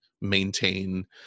maintain